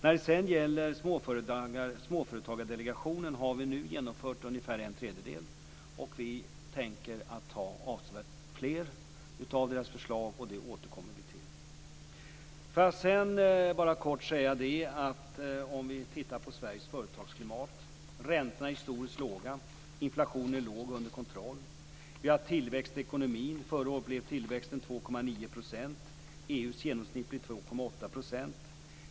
Vi har nu genomfört ungefär en tredjedel av Småföretagsdelegationens förslag, och vi tänker genomföra avsevärt fler av dess förslag, men det återkommer vi till. Sedan vill jag bara kort säga att om vi ser på Sveriges företagsklimat är räntorna historiskt låga. Inflationen är låg och under kontroll. Det är tillväxt i ekonomin. Förra året var tillväxten 2,9 %. EU:s genomsnitt låg på 2,8 %.